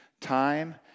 time